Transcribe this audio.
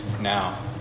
now